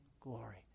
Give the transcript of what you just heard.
glory